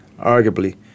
Arguably